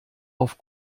auf